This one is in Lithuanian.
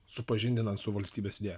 supažindinant su valstybės idėja